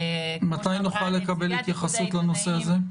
מתי נוכל לקבל התייחסות לנושא הזה?